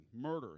murder